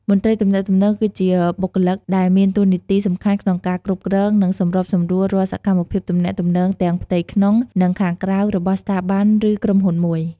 មន្ត្រីទំនាក់ទំនងគឺជាបុគ្គលិកដែលមានតួនាទីសំខាន់ក្នុងការគ្រប់គ្រង និងសម្របសម្រួលរាល់សកម្មភាពទំនាក់ទំនងទាំងផ្ទៃក្នុង និងខាងក្រៅរបស់ស្ថាប័ន ឬក្រុមហ៊ុនមួយ។